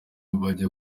bajya